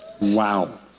Wow